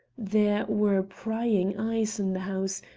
there were prying eyes in the house,